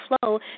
flow